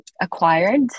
acquired